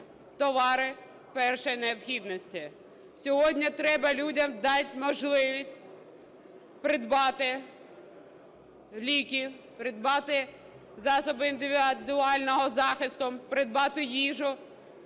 товари першої необхідності. Сьогодні треба людям дати можливість придбати ліки, придбати засоби індивідуального захисту, придбати їжу